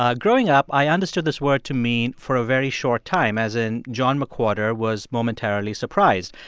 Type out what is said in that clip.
ah growing up, i understood this word to mean for a very short time, as in john mcwhorter was momentarily surprised.